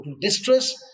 distress